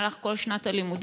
במהלך כל שנת הלימודים,